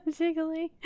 jiggly